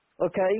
Okay